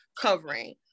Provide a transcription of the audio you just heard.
covering